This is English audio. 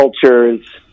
cultures